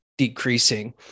decreasing